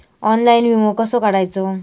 Online विमो कसो काढायचो?